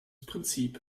prinzip